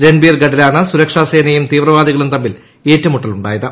രൺബീർഗഡിലാണ് സുരക്ഷാ സേനയും തീവ്രവാദികളും തമ്മിൽ ഏറ്റുമുട്ടലുണ്ടായത്